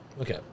Okay